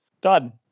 Done